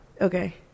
Okay